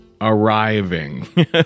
arriving